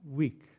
week